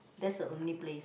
that's a only place